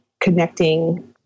connecting